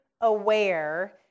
aware